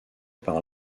par